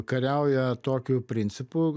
kariauja tokiu principu